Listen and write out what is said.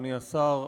אדוני השר,